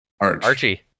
Archie